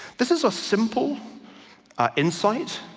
this is a simple insight,